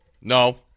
No